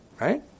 right